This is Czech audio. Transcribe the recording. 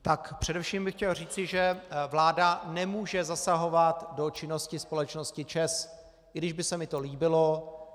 Tak především bych chtěl říci, že vláda nemůže zasahovat do činnosti společnosti ČEZ, i když by se mi to líbilo.